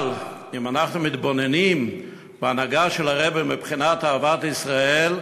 אבל אם אנחנו מתבוננים בהנהגה של הרעבע מבחינת אהבת ישראל,